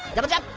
double jump,